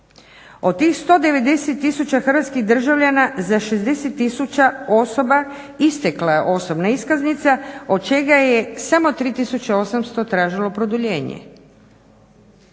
Od tih 190 tisuća hrvatskih državljana za 60 tisuća osoba istekla je osobna iskaznica, od čega je samo 3800 tražilo produljenje,